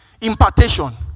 impartation